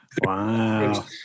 Wow